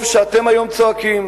טוב שאתם היום צועקים,